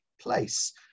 place